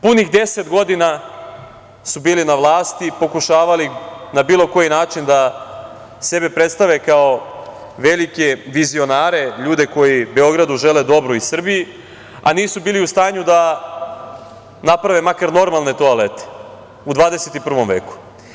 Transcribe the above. Punih 10 godina su bili na vlasti i pokušavali na bilo koji način da sebe predstave kao velike vizionare, ljude koji Beogradu žele dobro i Srbiji, a nisu bili u stanju da naprave makar normalne toalete u 21. veku.